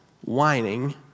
whining